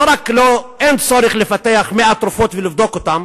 לא רק שאין צורך לפתח 100 תרופות ולבדוק אותן,